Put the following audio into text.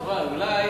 חבל.